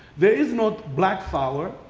there is not black power.